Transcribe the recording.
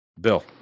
Bill